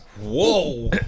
Whoa